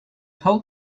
whole